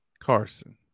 Carson